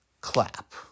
clap